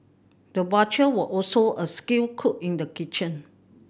the butcher was also a skilled cook in the kitchen